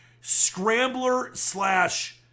scrambler-slash-